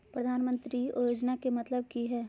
प्रधानमंत्री योजनामा के मतलब कि हय?